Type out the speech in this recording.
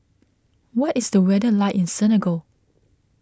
what is the weather like in Senegal